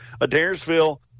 Adairsville